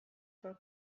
for